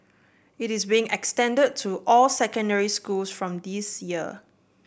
it is being extended to all secondary schools from this year